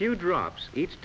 few drops each